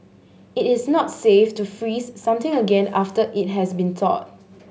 it is not safe to freeze something again after it has been thawed